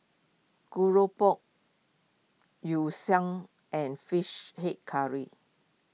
Keropok Yu and Fish Head Curry